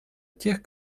тех